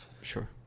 sure